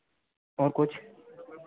और कुछ